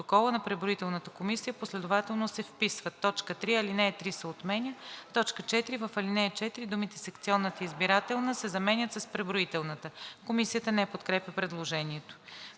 протокола на преброителната комисия последователно се вписват:“ 3. Алинея 3 се отменя. 4. В ал. 4 думите „секционната избирателна“ се заменят с „преброителната“. Комисията не подкрепя предложението.